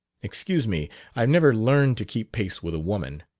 excuse me i've never learned to keep pace with a woman.